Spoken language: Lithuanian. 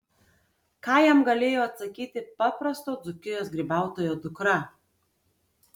ką jam galėjo atsakyti paprasto dzūkijos grybautojo dukra